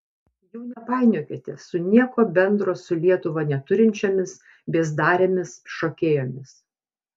jų nepainiokite su nieko bendro su lietuva neturinčiomis biezdarėmis šokėjomis